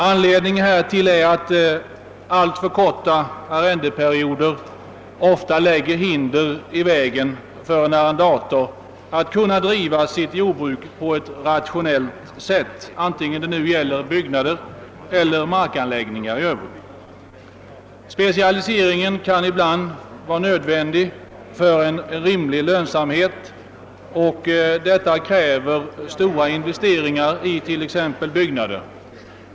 Anledningen härtill är att alltför korta arrendeperioder ofta lägger hinder i vägen för en arrendator att kunna driva sitt jordbruk på ett rationellt sätt, vare sig det gäller byggnader eller markanläggningar. Specialisering kan ibland vara nödvändig för en rimlig lönsamhet, och en sådan kräver stora investeringar i t.ex. byggnader.